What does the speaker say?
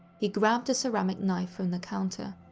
he grabbed a ceramic knife from the counter.